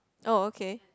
oh okay